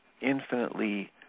infinitely